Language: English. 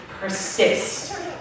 persist